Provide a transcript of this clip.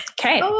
Okay